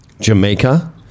Jamaica